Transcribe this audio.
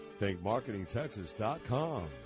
ThinkMarketingTexas.com